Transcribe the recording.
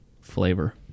flavor